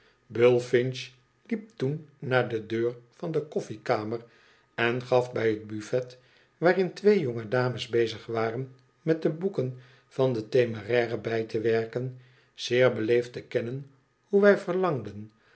bullfinch liep toen naar de deur van de koffiekamer en gaf bij het buffet waarin twee jonge dames bezig waren met de boeken van de temeraire bij te werken zeer beleefd te kennen hoe wij verlangden